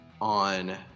on